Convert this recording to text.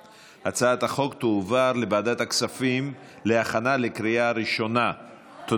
להעביר אותה לוועדת הכספים ולהכין אותה לקריאה ראשונה,